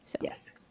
Yes